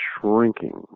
shrinking